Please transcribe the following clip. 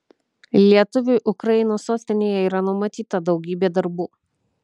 lietuviui ukrainos sostinėje yra numatyta daugybė darbų